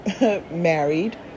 married